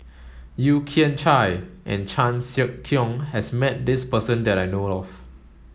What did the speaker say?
Yeo Kian Chai and Chan Sek Keong has met this person that I know of